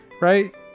right